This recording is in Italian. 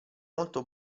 molto